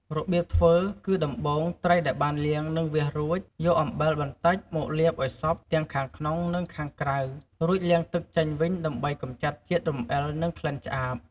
របៀបធ្វើគឺ ដំបូងត្រីដែលបានលាង និងវះរួច យកអំបិលបន្តិចមកលាបឲ្យសព្វទាំងខាងក្នុង និងខាងក្រៅ រួចលាងទឹកចេញវិញដើម្បីកម្ចាត់ជាតិរំអិល និងក្លិនឆ្អាប។